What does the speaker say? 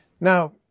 Now